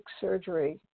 surgery